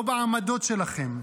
לא בעמדות שלכם.